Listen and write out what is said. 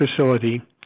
facility